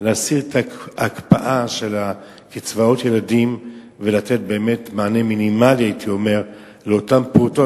להסיר את ההקפאה של קצבאות ילדים ולתת מענה מינימלי לאותם פעוטות,